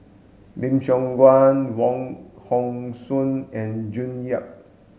Lim Siong Guan Wong Hong Suen and June Yap